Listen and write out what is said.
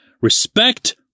Respect